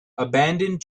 abandoned